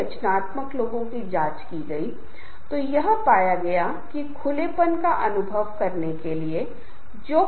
और 2 लोगों को कम से कम शुरुआत में एक ही तरह की समझ नहीं होगी और यह अच्छी भी है